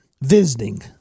visiting